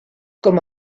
com